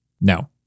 No